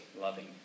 loving